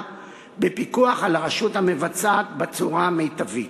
בפיקוח על הרשות המבצעת בצורה המיטבית.